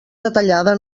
detallada